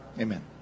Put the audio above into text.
amen